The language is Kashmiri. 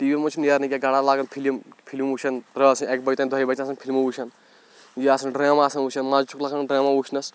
ٹی وی منٛز چھُنہٕ نیرنٕے کیٚنٛہہ گَرا لاگان فِلِم فِلِم وٕچھان رٲژٕ سٕںٛزِ اَکہِ بَجہِ تام دۄیہِ بَجہِ تام آسان فِلمہٕ وٕچھان یہِ آسان ڈرٛامہ آسان وٕچھان مَزٕ چھُکھ لَگان ڈرٛاما وٕچھنَس